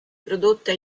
prodotta